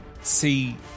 see